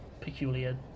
peculiar